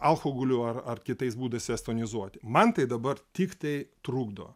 alkoholiu ar ar kitais būdais jas tonizuoti man tai dabar tiktai trukdo